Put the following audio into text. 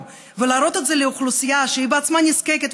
ולהראות את זה לאוכלוסייה שהיא בעצמה נזקקת,